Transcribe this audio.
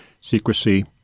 secrecy